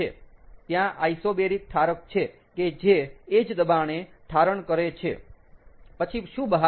ત્યાં આઇસોબેરિક ઠારક છે કે જે એ જ દબાણે ઠારણ ઘનીકરણ કરે છે પછી શું બહાર આવે છે